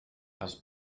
has